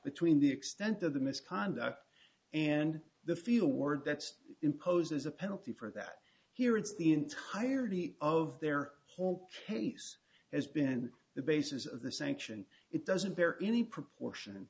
between the extent of the misconduct and the feel word that's imposes a penalty for that here it's the entirety of their whole case has been the basis of the sanction it doesn't bear any proportion